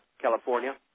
California